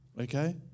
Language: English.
okay